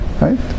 Right